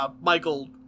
Michael